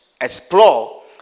explore